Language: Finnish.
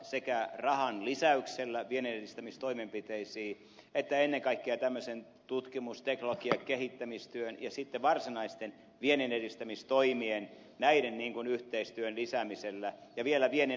sekä rahan lisäyksellä vienninedistämistoimenpiteisiin että ennen kaikkea tämmöisen tutkimus ja teknologiakehittämistyön ja sitten varsinaisten vienninedistämistoimien näiden yhteistyön lisäämisellä ja vielä viennin rahoituksella